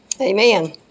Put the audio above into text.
Amen